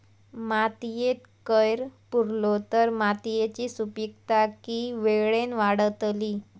मातयेत कैर पुरलो तर मातयेची सुपीकता की वेळेन वाडतली?